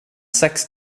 sex